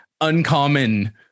uncommon